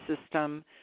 system